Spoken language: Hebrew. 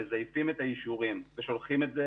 מזייפים את האישורים ושולחים את זה